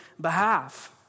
behalf